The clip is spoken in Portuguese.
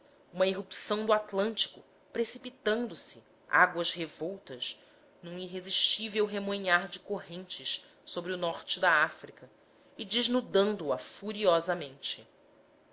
uma irrupção do atlântico precipitando-se águas revoltas num irresistível remoinhar de correntes sobre o norte da áfrica e desnudando a furiosamente